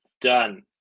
Done